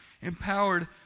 empowered